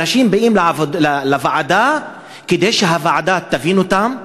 אנשים באים לוועדה כדי שהוועדה תבין אותם,